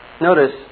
notice